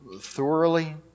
thoroughly